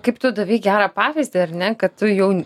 kaip tu davei gerą pavyzdį ar ne kad tu jau